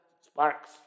sparks